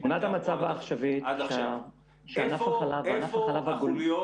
תמונת המצב העכשווית היא שענף החלב --- איפה החוליות